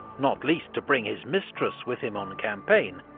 not least to bring his mistress with him on campaign,